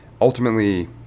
ultimately